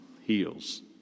heals